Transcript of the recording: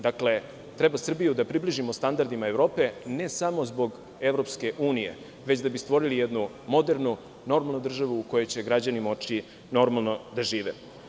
Dakle, treba Srbiju da približimo standardima Evrope ne samo zbog EU, već da bi stvorili jednu modernu, normalnu državuu kojoj će građani moći normalno da žive.